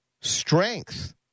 Strength